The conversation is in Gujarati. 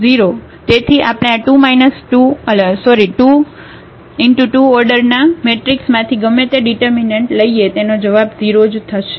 તેથી આપણે આ 2 × 2 ઓર્ડરના મેટ્રિક્સમાંથી ગમે તે ડિટર્મિનન્ટ લઈએ તેનો જવાબ 0 જ થશે